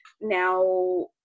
now